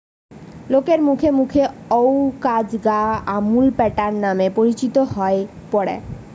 লোকের মুখে মুখে অউ কাজ গা আমূল প্যাটার্ন নামে পরিচিত হই পড়ে